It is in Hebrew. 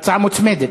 הצעה מוצמדת.